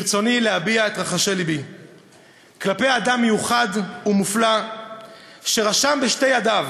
ברצוני להביע את רחשי לבי כלפי אדם מיוחד ומופלא שרשם בשתי ידיו